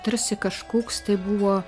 tarsi kažkoks tai buvo